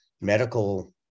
medical